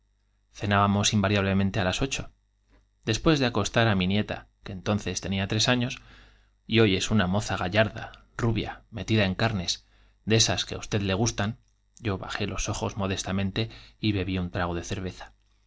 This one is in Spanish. invaria blemente á las ocho después de acostar á mi nieta que entonces tenía tres años y hoy es una moza metida carnes de que á usted gallarda rubia en esas le gustan yo bajé los ojos modcstamente y bebí un trago de cerveza